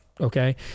Okay